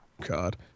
god